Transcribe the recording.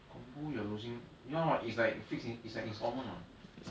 combo you're losing ya what it's like fix it's like installment [what]